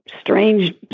strange